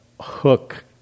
hook